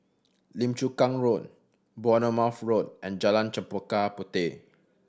Lim Chu Kang Road Bournemouth Road and Jalan Chempaka Puteh